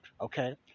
Okay